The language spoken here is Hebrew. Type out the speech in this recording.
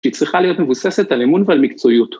‫שהיא צריכה להיות מבוססת ‫על אמון ועל מקצועיות.